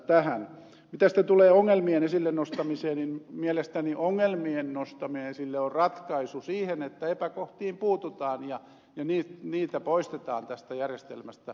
mitä sitten tulee ongelmien esille nostamiseen niin mielestäni ongelmien nostaminen esille on ratkaisu siihen että epäkohtiin puututaan ja niitä poistetaan tästä järjestelmästä